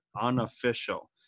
unofficial